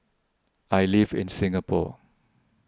I live in Singapore